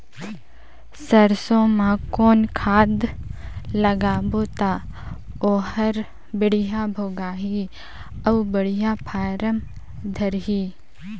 सरसो मा कौन खाद लगाबो ता ओहार बेडिया भोगही अउ बेडिया फारम धारही?